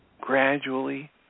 gradually